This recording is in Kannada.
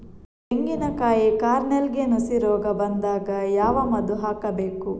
ತೆಂಗಿನ ಕಾಯಿ ಕಾರ್ನೆಲ್ಗೆ ನುಸಿ ರೋಗ ಬಂದಾಗ ಯಾವ ಮದ್ದು ಹಾಕಬೇಕು?